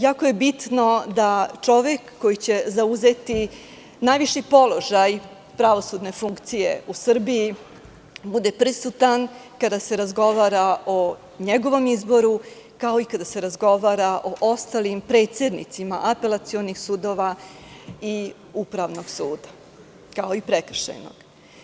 Jako je bitno da čovek koji će zauzeti najviši položaj pravosudne funkcije u Srbiji bude prisutan kada se razgovara o njegovom izboru, kao i kada se razgovara o ostalim predsednicima apelacionih sudova i upravnog suda, kao i prekršajnog.